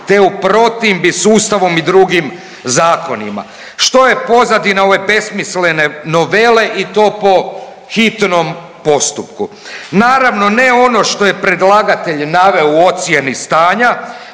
te u protimbi sa Ustavom i drugim zakonima. Što je pozadina ove besmislene novele i to po hitnom postupku? Naravno ne ono što je predlagatelj naveo u ocjeni stanja,